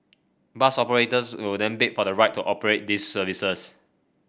bus operators will then bid for the right to operate these services